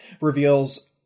reveals